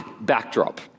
backdrop